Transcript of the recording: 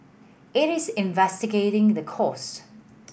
it is investigating the cause